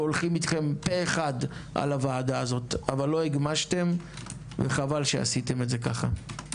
הולכים אתכם פה אחד על הוועדה הזאת אבל לא הגמשתם וחבל שעשיתם זאת ככה.